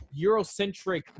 Eurocentric